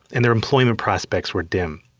and their employment prospects were dim.